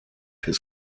his